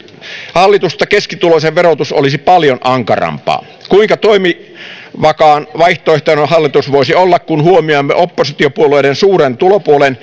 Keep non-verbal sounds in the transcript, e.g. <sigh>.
hallitusta keskituloisen verotus olisi paljon ankarampaa kuinka toimivakaan vaihtoehtoinen hallitus voisi olla kun huomioimme oppositiopuolueiden suuren tulopuolen <unintelligible>